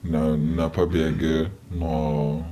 ne nepabėgi nuo